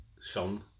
son